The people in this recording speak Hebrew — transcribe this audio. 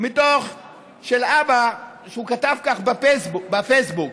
של אבא שכתב כך בפייסבוק,